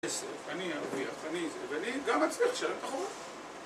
אני ארוויח, אני זה, ואני גם אצליח לשלם את החוב